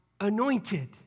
anointed